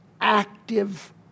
active